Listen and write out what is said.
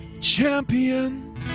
champion